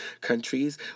countries